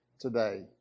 today